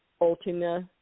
Ultima